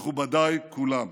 מכובדיי כולם.